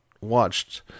watched